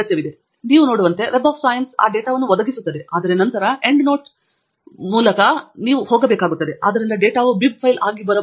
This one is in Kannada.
ಮತ್ತು ನೀವು ನೋಡುವಂತೆ ಸೈನ್ಸ್ನ ವೆಬ್ ಆ ಡೇಟಾವನ್ನು ಒದಗಿಸುತ್ತಿದೆ ಆದರೆ ನಂತರ ಎಂಡ್ ನೋಟ್ ವೆಬ್ ಮೂಲಕ ನೀವು ಹೋಗಬೇಕಾಗುತ್ತದೆ ಆದ್ದರಿಂದ ಡೇಟಾವು ಬಿಬ್ ಫೈಲ್ ಆಗಿ ಬರಬಹುದು